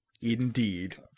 Indeed